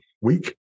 week